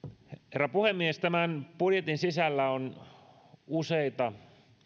herra puhemies tämän budjetin sisällä on useita